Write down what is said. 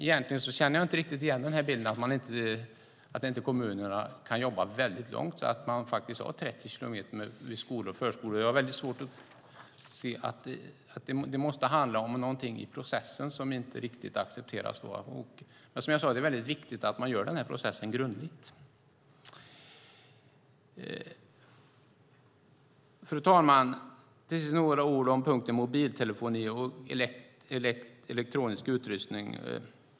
Egentligen känner jag inte riktigt igen bilden att kommunerna inte kan jobba väldigt långt, så att man har 30 kilometer i timmen vid skolor och förskolor. Det måste handla om något i processen som inte riktigt accepteras. Som jag sade är det viktigt att man gör processen grundligt. Fru talman! Till sist några ord om punkten mobiltelefoni och elektronisk utrustning.